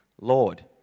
lord